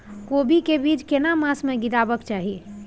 कोबी के बीज केना मास में गीरावक चाही?